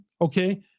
okay